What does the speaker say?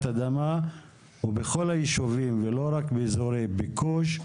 אדמה ובכל היישובים ולא רק באזורי ביקוש,